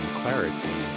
clarity